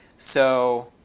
so